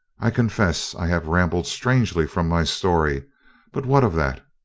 i confess i have rambled strangely from my story but what of that?